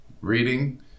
Reading